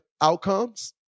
outcomes